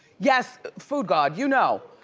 yes, foodgod, you know,